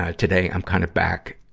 ah today, i'm kind of back.